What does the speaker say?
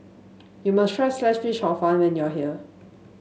you must try Sliced Fish Hor Fun when you are here